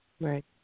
Right